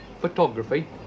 photography